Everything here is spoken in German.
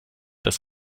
das